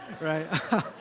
right